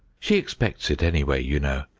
she expects it, anyway, you know.